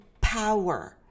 power